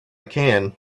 can